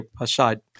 aside